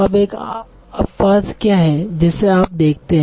अब एक अपवाद क्या है जिसे आप देखते हैं